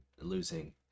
losing